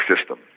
system